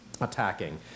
attacking